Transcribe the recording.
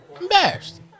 Embarrassed